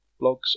blogs